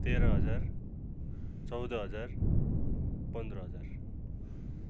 तेह्र हजार चौध हजार पन्ध्र हजार